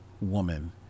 woman